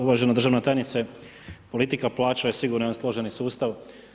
Uvažena državna tajnice, politika plaća je sigurno jedan složeni sustav.